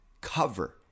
cover